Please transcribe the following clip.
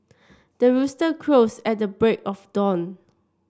the rooster crows at the break of dawn